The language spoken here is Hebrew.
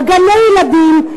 בגני-ילדים,